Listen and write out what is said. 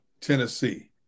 Tennessee